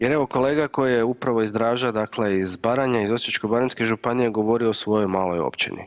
Jer evo, kolega koji je upravo iz Draža, dakle iz Baranje, iz Osječko-baranjske županije, govorio je o svojoj maloj općini.